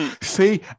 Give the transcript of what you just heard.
See